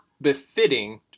befitting